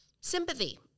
sympathy